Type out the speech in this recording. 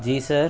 जी sir